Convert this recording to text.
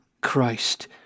Christ